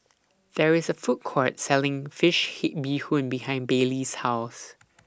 There IS A Food Court Selling Fish Head Bee Hoon behind Baylee's House